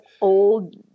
old